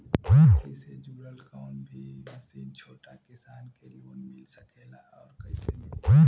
खेती से जुड़ल कौन भी मशीन छोटा किसान के लोन मिल सकेला और कइसे मिली?